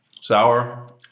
sour